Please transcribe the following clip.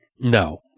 No